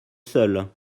seule